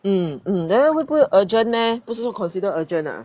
mm mm then 会不会 urgent meh 不是说 consider urgent ah